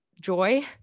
joy